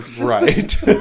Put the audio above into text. Right